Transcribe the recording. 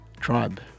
tribe